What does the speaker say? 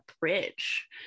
bridge